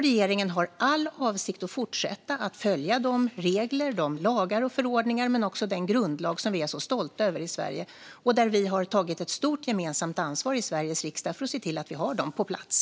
Regeringen har all avsikt att fortsätta följa de regler, lagar och förordningar men också den grundlag som vi är så stolta över i Sverige. Vi har tagit ett stort gemensamt ansvar i Sveriges riksdag för att se till att vi har dem på plats.